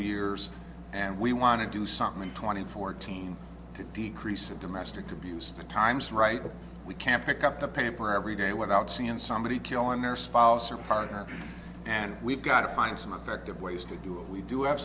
years and we want to do something twenty fourteen to decrease of domestic abuse to times right we can't pick up the paper every day without seein somebody killing their spouse or partner and we've got to find some objective ways to do what we do have